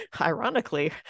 ironically